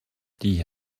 die